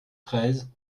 treize